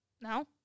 No